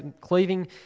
cleaving